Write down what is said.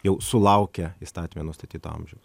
jau sulaukę įstatyme nustatyto amžiaus